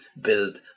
build